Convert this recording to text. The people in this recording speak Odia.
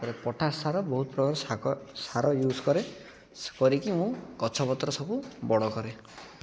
ରେ ପଟାଶ ସାର ବହୁତ ପ୍ରକାରା ସାର ୟୁଜ୍ କରେ ସେ କରିକି ମୁଁ ଗଛ ପତ୍ର ସବୁ ବଡ଼ କରେ